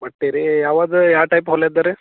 ಬಟ್ಟೆ ರೀ ಯಾವುದು ಯಾವ ಟೈಪ್ ಹೊಲೆಯೋದ್ ರೀ